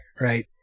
right